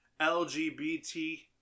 LGBT